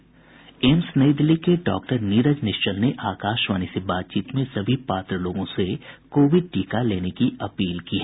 AIIMS New Delhi के doctor Neeraj Nishchal ने आकाशवाणी से बातचीत में सभी पात्र लोगों से कोविड टीका लेने की अपील की है